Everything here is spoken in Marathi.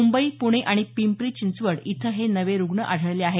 मुंबई पुणे आणि पिंपरी चिंचवड इथं हे नवे रुग्ण आढळले आहेत